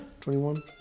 21